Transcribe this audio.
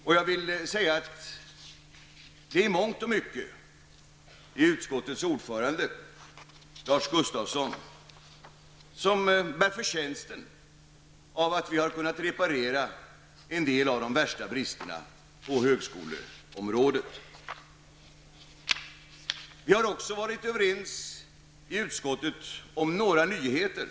Och jag vill säga att det i mångt och mycket är utskottets ordförande Lars Gustavsson som bär förtjänsten av att vi har kunnat komma till rätta med en del av de värsta bristerna på högskoleområdet. Vi har också varit överens i utskottet om några nyheter.